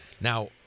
Now